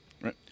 Right